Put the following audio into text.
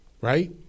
right